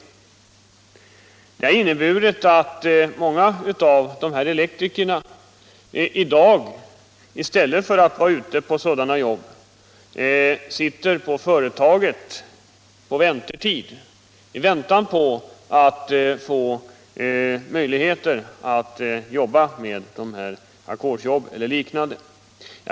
Detta har inneburit att många av dessa elektriker i dag i stället för att vara ute på sådana jobb sitter på företagen i väntan på att få möjlighet att jobba med sådana här ackordsarbeten eller liknande.